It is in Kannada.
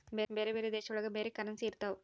ಬೇರೆ ಬೇರೆ ದೇಶ ಒಳಗ ಬೇರೆ ಕರೆನ್ಸಿ ಇರ್ತವ